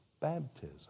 baptism